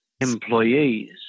employees